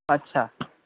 अच्छा